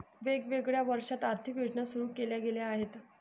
वेगवेगळ्या वर्षांत आर्थिक योजना सुरू केल्या गेल्या आहेत